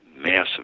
massive